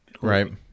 Right